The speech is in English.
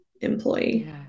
employee